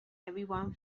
everyone